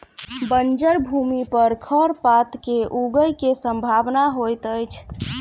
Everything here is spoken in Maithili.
बंजर भूमि पर खरपात के ऊगय के सम्भावना होइतअछि